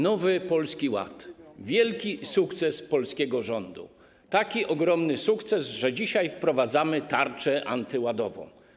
Nowy Polski Ład - wielki sukces polskiego rządu, taki ogromny sukces, że dzisiaj wprowadzamy tarczę antyładową.